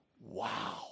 wow